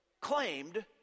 claimed